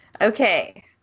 Okay